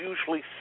usually